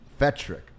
fetrick